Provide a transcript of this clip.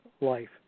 life